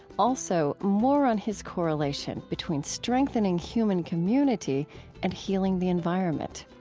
also, more on his correlation between strengthening human community and healing the environment